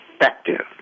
effective